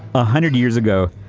a hundred years ago,